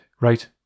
right